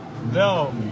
No